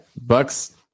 Bucks